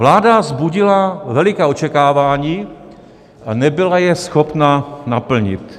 Vláda vzbudila veliká očekávání, ale nebyla je schopna naplnit.